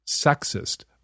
Sexist